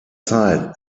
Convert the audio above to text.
zeit